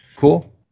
Cool